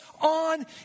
on